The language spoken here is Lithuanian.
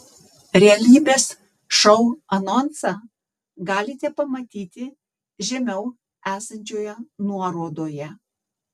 realybės šou anonsą galite pamatyti žemiau esančioje nuorodoje